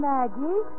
Maggie